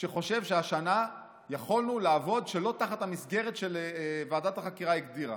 שחושב שהשנה יכולנו לעבוד שלא תחת המסגרת שוועדת החקירה הגדירה.